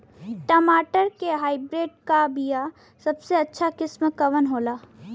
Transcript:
टमाटर के हाइब्रिड क बीया सबसे अच्छा किस्म कवन होला?